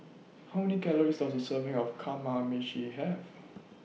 How Many Calories Does A Serving of Kamameshi Have